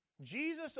jesus